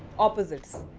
opposites,